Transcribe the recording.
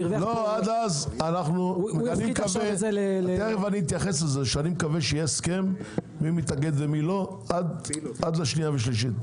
אני מקווה שיהיה הסכם מי מתאגד וממי לא עד לשנייה ושלישית.